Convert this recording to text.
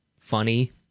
funny